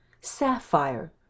sapphire